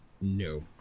No